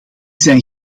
zijn